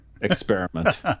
experiment